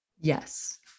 Yes